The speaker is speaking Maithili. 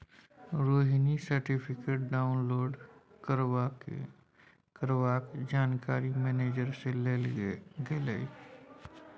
रोहिणी सर्टिफिकेट डाउनलोड करबाक जानकारी मेनेजर सँ लेल गेलै